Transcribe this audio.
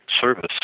service